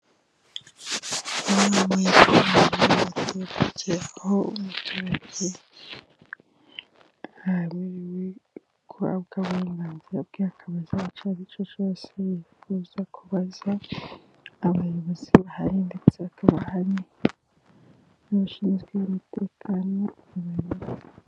Aha ni mu nama y'abaturage, aho umuturage yemerewe guhabwa uburenganzira bwe akabazaca icyo ari cyo cyose yifuza kubaza, abayobozi bahari ndetse hakaba hari n'abashinzwe umutekano w' abayobozi.